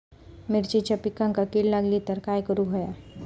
मिरचीच्या पिकांक कीड लागली तर काय करुक होया?